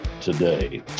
today